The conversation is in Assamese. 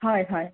হয় হয়